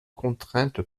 contrainte